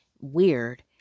weird